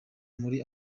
muri